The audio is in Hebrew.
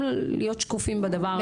גם להיות שקופים בדבר הזה.